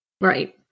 Right